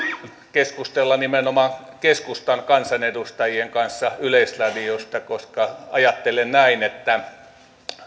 keskustella nimenomaan keskustan kansanedustajien kanssa yleisradiosta koska ajattelen näin että